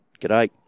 G'day